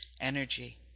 energy